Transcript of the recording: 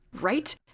Right